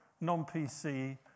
non-PC